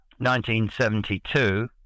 1972